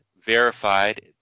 verified